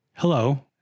Hello